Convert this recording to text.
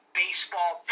baseball